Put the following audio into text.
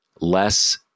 less